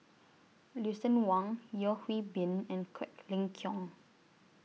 Lucien Wang Yeo Hwee Bin and Quek Ling Kiong